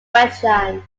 wetland